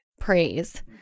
praise